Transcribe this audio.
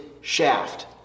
shaft